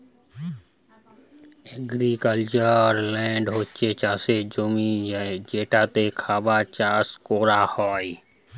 agricultural land হচ্ছে চাষের জমি যেটাতে খাবার চাষ কোরা হয়